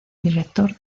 director